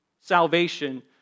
salvation